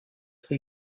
for